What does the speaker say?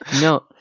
No